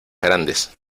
grandes